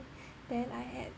then I had